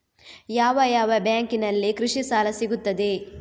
ಯಾವ ಯಾವ ಬ್ಯಾಂಕಿನಲ್ಲಿ ಕೃಷಿ ಸಾಲ ಸಿಗುತ್ತದೆ?